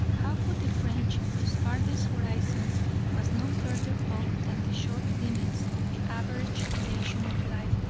how could the french, whose farthest horizon was no further off than the short limits of the average duration of life,